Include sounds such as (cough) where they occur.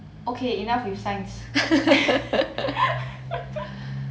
okay enough with science (laughs)